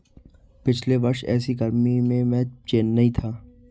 पिछले वर्ष ऐसी गर्मी में मैं चेन्नई में था